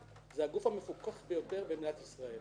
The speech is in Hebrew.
זה הגוף המפוקח ביותר במדינת ישראל.